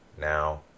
now